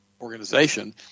organization